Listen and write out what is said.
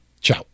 Ciao